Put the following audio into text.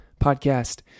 podcast